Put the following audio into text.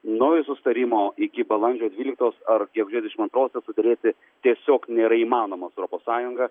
naujo susitarimo iki balandžio dvyliktos ar gegužės dvidešim antrosios suderėti tiesiog nėra įmanomas europos sąjunga